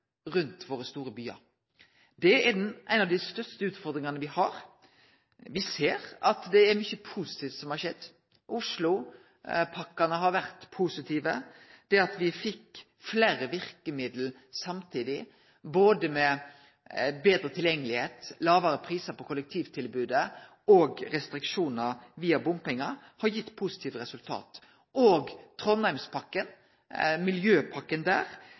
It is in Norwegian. rundt våre store byar. Det er ei av dei største utfordringane me har. Me ser at det har skjedd mykje positivt. Oslopakkane har vore positive. Det at me fekk fleire verkemiddel samtidig, både med betre tilkomst, lågare prisar på kollektivtilbod, restriksjonar og bompengar, har gitt resultat. Trondheimspakka – miljøpakka der